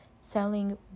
selling